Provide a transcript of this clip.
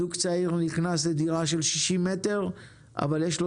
זוג צעיר נכנס לדירה של 60 מטר ויש לו